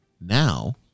Now